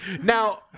Now